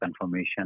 confirmation